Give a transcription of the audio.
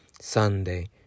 Sunday